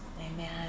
Amen